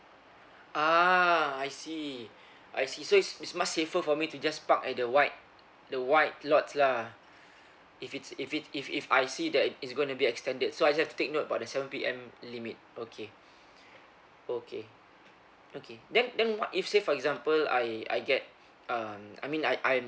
ah I see I see so it's it's much safer for me to just park at the white the white lots lah if it's if it's if if I see that it's gonna be extended so I just have to take note about the seven P_M limit okay okay okay then then what if say for example I I get um I mean I I'm